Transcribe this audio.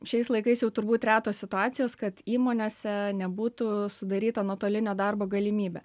šiais laikais jau turbūt retos situacijos kad įmonėse nebūtų sudaryta nuotolinio darbo galimybė